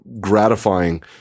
gratifying